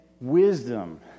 wisdom